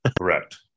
Correct